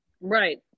Right